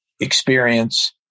experience